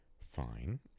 fine